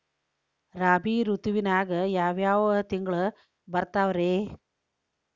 ರಾಬಿ ಋತುವಿನಾಗ ಯಾವ್ ಯಾವ್ ತಿಂಗಳು ಬರ್ತಾವ್ ರೇ?